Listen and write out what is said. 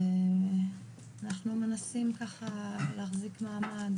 אנחנו מנסים ככה להחזיק מעמד